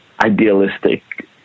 idealistic